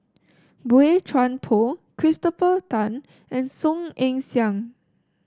Boey Chuan Poh Christopher Tan and Song Ong Siang